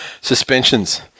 suspensions